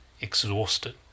exhausted